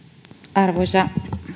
arvoisa